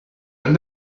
and